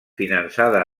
finançada